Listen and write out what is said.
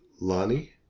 Lonnie